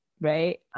right